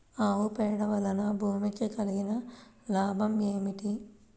ఆవు పేడ వలన భూమికి కలిగిన లాభం ఏమిటి?